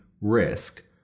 risk